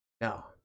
No